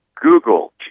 Google